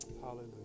Hallelujah